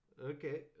Okay